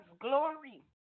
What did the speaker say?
glory